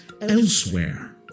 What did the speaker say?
elsewhere